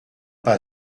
pas